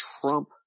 Trump